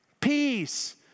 peace